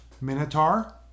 Minotaur